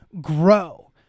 grow